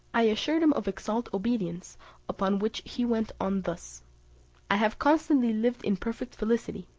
i assured him of exalt obedience upon which he went on thus i have constantly lived in perfect felicity,